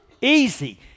easy